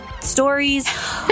stories